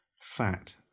fat